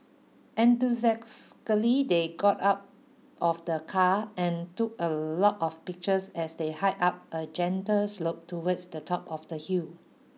enthusiastically they got out of the car and took a lot of pictures as they hiked up a gentle slope towards the top of the hill